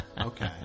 Okay